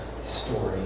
story